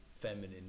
feminine